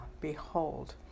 behold